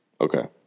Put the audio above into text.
Okay